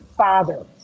father